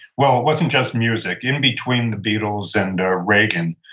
well, it wasn't just music. in between the beatles and reagan,